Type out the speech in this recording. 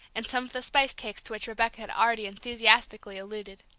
and some of the spice cakes to which rebecca had already enthusiastically alluded.